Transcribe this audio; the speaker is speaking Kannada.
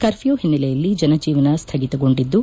ಕರ್ಮೂ ಹಿನ್ನೆಲೆಯಲ್ಲಿ ಜನಜೀವನ ಸ್ವಗಿತಗೊಂಡಿದ್ದು